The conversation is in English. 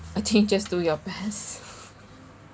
I think just do your best